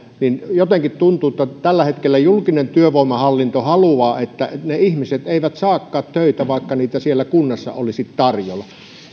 jotenkin tuntuu että tällä hetkellä julkinen työvoimahallinto haluaa että ne ihmiset eivät saakaan töitä vaikka niitä siellä kunnassa olisi tarjolla